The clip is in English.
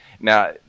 now